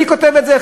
מי כותב את זה,